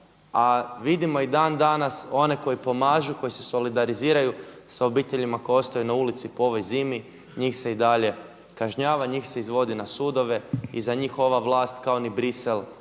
a vidimo i dan danas koji pomažu, koji se solidariziraju sa obiteljima koje ostaju na ulici po ovoj zimi njih se i dalje kažnjava, njih se izvodi na sudove i za njih ova vlast kao ni Bruxelles